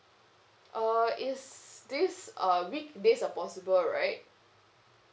uh is this uh weekdays are possible right